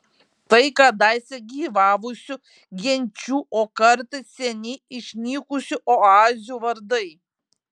tai kadaise gyvavusių genčių o kartais seniai išnykusių oazių vardai